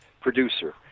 producer